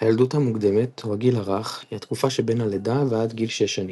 הילדות המוקדמת או הגיל הרך היא התקופה שבין הלידה ועד גיל 6 שנים.